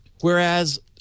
whereas